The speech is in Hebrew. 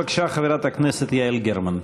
בבקשה, חברת הכנסת יעל גרמן.